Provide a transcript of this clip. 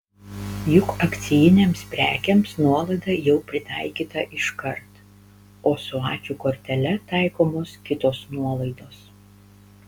juk akcijinėms prekėms nuolaida jau pritaikyta iškart o su ačiū kortele taikomos kitos nuolaidos